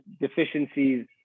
deficiencies